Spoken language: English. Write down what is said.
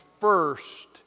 first